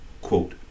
quote